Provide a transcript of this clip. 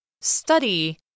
Study